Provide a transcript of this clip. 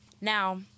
Now